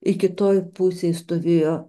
i kitoj pusėj stovėjo